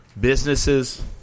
businesses